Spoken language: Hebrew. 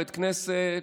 בית כנסת,